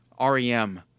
rem